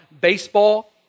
baseball